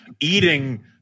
eating